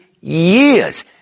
years